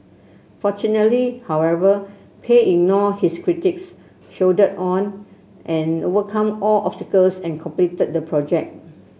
fortunately however Pei ignored his critics soldiered on and overcome all obstacles and completed the project